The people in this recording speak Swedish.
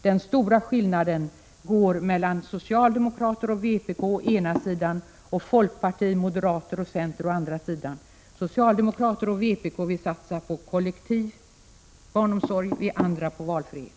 Den stora skillnaden går mellan socialdemokraterna och vpk å ena sidan och folkpartister, moderater och centern å andra sidan. Socialdemokrater och vpk vill satsa på kollektiv barnomsorg, vi andra på valfrihet.